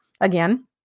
again